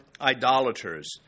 idolaters